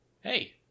hey